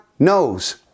knows